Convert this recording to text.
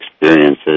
experiences